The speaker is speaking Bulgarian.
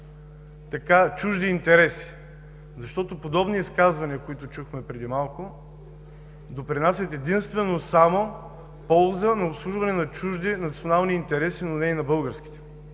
би, чужди интереси. Подобни изказвания, които чухме преди малко, допринасят единствено и само полза за обслужване на чуждите национални интереси, но не и на българските.